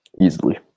easily